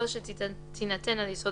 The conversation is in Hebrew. , יכול שתינתן על יסוד